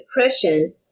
depression